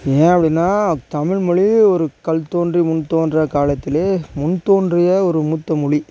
ஏன் அப்படின்னா தமிழ்மொழி ஒரு கல் தோன்றி மண் தோன்றா காலத்திலே முன் தோன்றிய ஒரு மூத்த மொழி